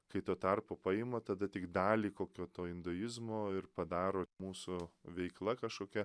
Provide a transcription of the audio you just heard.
kai tuo tarpu paima tada tik dalį kokio to induizmo ir padaro mūsų veikla kažkokia